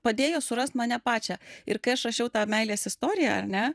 padėjo surast mane pačią ir kai aš rašiau tą meilės istoriją ar ne